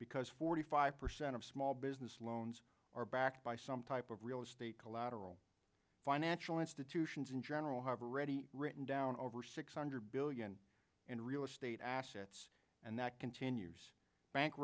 because forty five percent of small business loans are backed by some type of real estate collateral financial institutions in general have already written down over six hundred billion in real estate assets and that continues bank